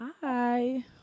Hi